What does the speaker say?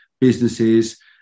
businesses